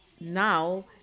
Now